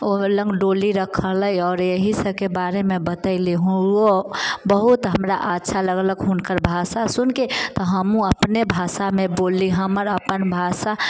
ओहि लग डोली रखल है आओर एहि सभके बारेमे बतैली ओ बहुत हमरा अच्छा लगलक हुनकर भाषा सुनके तऽ हमहुँ अपने भाषामे बोलली हमर अपन भाषा